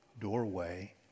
doorway